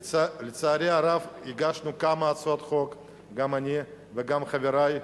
לצערי הרב, הגשנו כמה הצעות חוק, גם אני וגם חברי,